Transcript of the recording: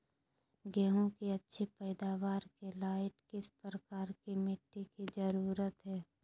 गेंहू की अच्छी पैदाबार के लाइट किस प्रकार की मिटटी की जरुरत है?